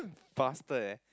bastard leh